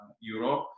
Europe